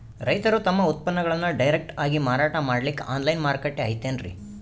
ರೈತರು ತಮ್ಮ ಉತ್ಪನ್ನಗಳನ್ನು ಡೈರೆಕ್ಟ್ ಆಗಿ ಮಾರಾಟ ಮಾಡಲಿಕ್ಕ ಆನ್ಲೈನ್ ಮಾರುಕಟ್ಟೆ ಐತೇನ್ರೀ?